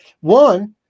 one